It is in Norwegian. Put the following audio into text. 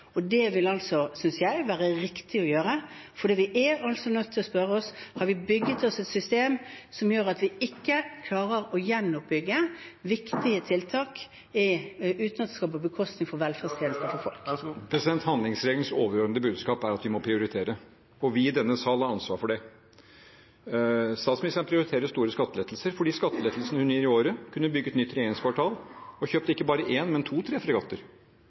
Det vil være riktig å gjøre, synes jeg, for vi er nødt til å spørre oss selv om vi har bygget oss et system som gjør at vi ikke klarer å gjenoppbygge viktige tiltak uten at det går på bekostning av velferden til folk. Jonas Gahr Støre – til oppfølgingsspørsmål. Handlingsregelens overordnede budskap er at vi må prioritere, og vi i denne sal har ansvar for det. Statsministeren prioriterer store skattelettelser. For de skattelettelsene hun gir i året, kunne man bygget nytt regjeringskvartal og kjøpt ikke bare én, men to–tre fregatter.